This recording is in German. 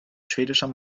schwedischer